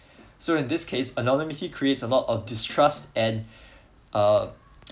so in this case anonymity creates a lot of distrust and uh